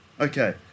Okay